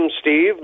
Steve